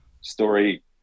story